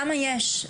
כמה יש.